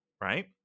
right